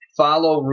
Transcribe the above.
follow